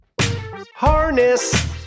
Harness